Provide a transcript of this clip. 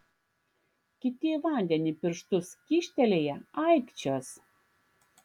kiti į vandenį pirštus kyštelėję aikčios